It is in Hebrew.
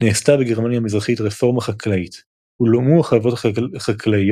נעשתה בגרמניה המזרחית רפורמה חקלאית הולאמו החוות החקלאיות